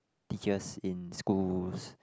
teachers in schools